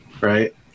right